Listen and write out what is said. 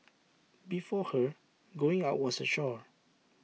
before her going out was A chore